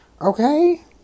Okay